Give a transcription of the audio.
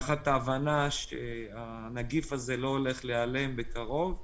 תחת ההבנה שהנגיף הזה לא הולך להיעלם בקרוב,